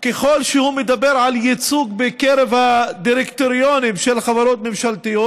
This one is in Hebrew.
כשהוא מדבר על ייצוג בקרב הדירקטוריונים של החברות ממשלתיות,